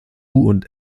und